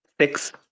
six